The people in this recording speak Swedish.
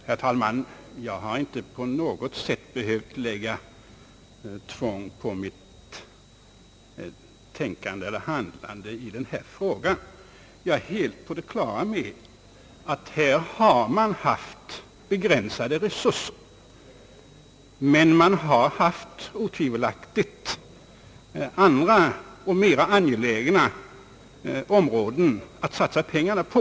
Herr talman! Jag har inte på något sätt behövt lägga tvång på mitt tän kande eller handlande i denna fråga. Jag är helt på det klara med att man här haft begränsade resurser, men man har otvivelaktigt också haft andra och mer angelägna områden att satsa pengarna på.